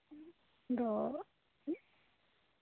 ᱟᱫᱚ